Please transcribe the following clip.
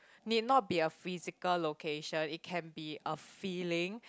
need not be a physical location it can be a feeling